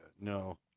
no